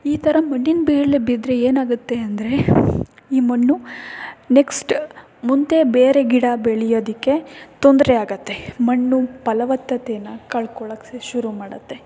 ಈ ಥರ ಮಣ್ಣಿನ ಮೇಲೆ ಬಿದ್ದರೆ ಏನಾಗುತ್ತೆ ಅಂದರೆ ಈ ಮಣ್ಣು ನೆಕ್ಸ್ಟ್ ಮುಂದೆ ಬೇರೆ ಗಿಡ ಬೆಳ್ಯೋದಕ್ಕೆ ತೊಂದರೆ ಆಗುತ್ತೆ ಮಣ್ಣು ಫಲವತ್ತತೆನ ಕಳ್ಕೊಳ್ಳೋಕ್ಕೆ ಶುರು ಮಾಡುತ್ತೆ